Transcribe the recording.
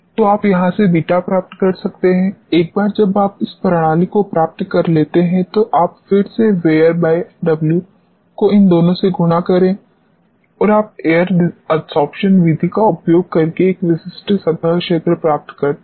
तो आप यहां से बीटा प्राप्त कर सकते हैं एक बार जब आप इस प्रणाली को प्राप्त कर लेते हैं तो आप फिर से VairW को इन दोनों से गुणा करें और आप एयर एडसोर्प्शन विधि का उपयोग करके एक विशिष्ट सतह क्षेत्र प्राप्त करते हैं